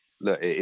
look